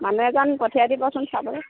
মানুহ এজন পঠিয়াই দিবচোন চাবলৈ